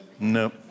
No